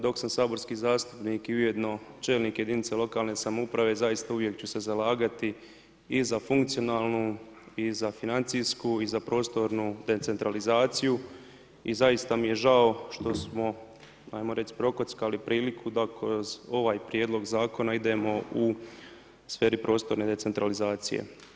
Dok sam saborski zastupnik i ujedno čelnik jedinice lokalne samouprave zaista uvijek ću se zalagati i za funkcionalnu i za financijsku i za prostornu decentralizaciju i zaista mi je žao što smo ajmo reći prokockali priliku da kroz ovaj prijedlog zakona idemo u sferi prostorne decentralizacije.